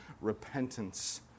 repentance